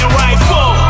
rifle